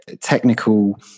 technical